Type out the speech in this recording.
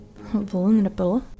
vulnerable